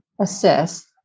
assess